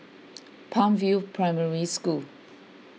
Palm View Primary School